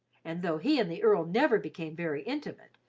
and though he and the earl never became very intimate,